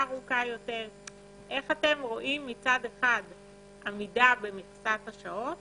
איך אתם רואים עמידה במכסת השעות